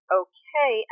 okay